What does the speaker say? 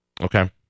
Okay